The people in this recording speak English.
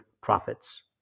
profits